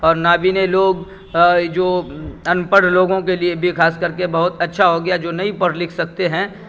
اور نابینا لوگ جو ان پڑھ لوگوں کے لیے بھی خاص کر کے بہت اچھا ہو گیا جو نہیں پڑھ لکھ سکتے ہیں